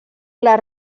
les